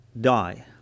die